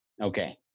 Okay